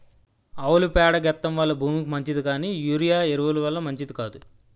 ఆవుల పేడ గెత్తెం వల్ల భూమికి మంచిది కానీ యూరియా ఎరువు ల వల్ల మంచిది కాదు